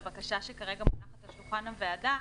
לבקשה שכרגע מונחת על שולחן הוועדה.